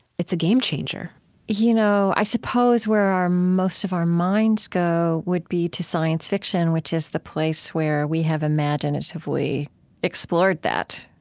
it's a game-changer you know, i suppose where most of our minds go would be to science fiction, which is the place where we have imaginatively explored that.